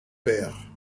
paires